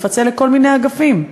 לפצל לכל מיני אגפים.